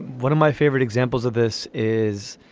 one of my favorite examples of this is